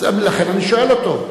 לכן אני שואל אותו.